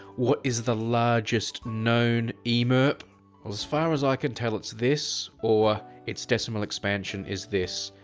what is the largest known emirp? well as far as i can tell it's this, or its decimal expansion is this.